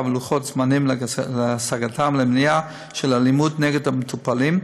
ולוחות זמנים להשגתם למניעה של אלימות נגד המטופלים,